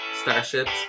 Starship's